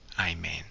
Amen